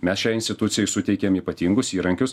mes šiai institucijai suteikėm ypatingus įrankius